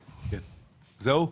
זהו?